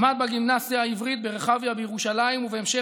למד בגימנסיה העברית ברחביה בירושלים ובהמשך